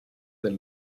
del